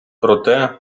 проте